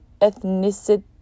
ethnicity